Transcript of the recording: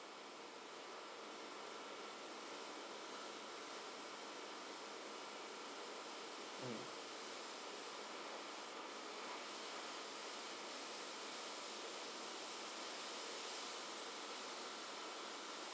mm